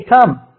Come